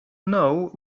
know